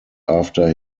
after